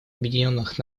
объединенных